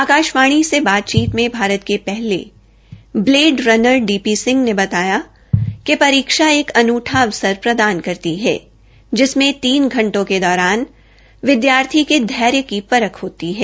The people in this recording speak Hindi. आकाशवाणी से बातचीत में भारत के पहले blade runner D P Singh ने बताया कि परीक्षा एक अनूठा अवसर प्रदान करती है जिसमें तीन घंटो के दौरान विदयार्थियों के धैर्य की परख होती है